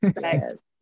Yes